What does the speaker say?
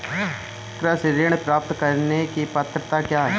कृषि ऋण प्राप्त करने की पात्रता क्या है?